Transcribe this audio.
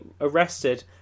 arrested